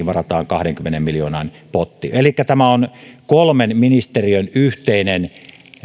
varataan kahdenkymmenen miljoonan potti elikkä tämä on kolmen ministeriön yhteinen